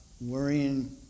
worrying